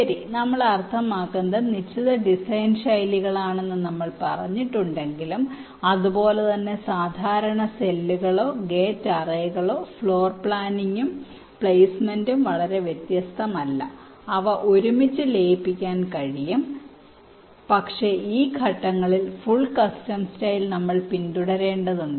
ശരി അർത്ഥമാക്കുന്നത് നിശ്ചിത ഡിസൈൻ ശൈലികളാണെന്ന് നമ്മൾ പറഞ്ഞിട്ടുണ്ടെങ്കിലും അതുപോലെ തന്നെ സാധാരണ സെല്ലുകളോ ഗേറ്റ് അറേകളോ ഫ്ലോർ പ്ലാനിംഗും പ്ലെയ്സ്മെന്റും വളരെ വ്യത്യസ്തമല്ല അവ ഒരുമിച്ച് ലയിപ്പിക്കാൻ കഴിയും പക്ഷേ ഈ ഘട്ടങ്ങളിൽ ഫുൾ കസ്റ്റം സ്റ്റൈൽ നമ്മൾ പിന്തുടരേണ്ടതുണ്ട്